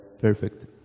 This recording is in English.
perfect